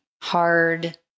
hard